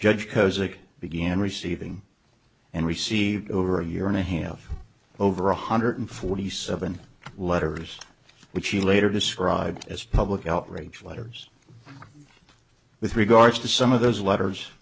kozik began receiving and received over a year and a half over one hundred forty seven letters which he later described as public outrage letters with regards to some of those letters